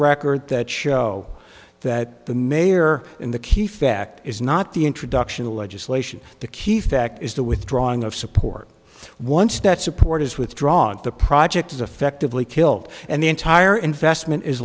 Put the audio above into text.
record that show that the mayor in the key fact is not the introduction of legislation the key fact is the withdrawing of support once that support is withdrawn the project is effectively killed and the entire investment is